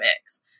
mix